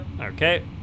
Okay